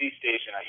station